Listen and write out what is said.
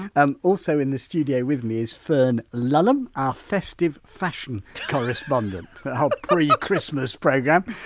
and also in the studio with me is fern lulham, our festive fashion correspondent, our pre-christmas programme.